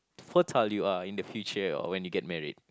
fertile you are in the future or when you get married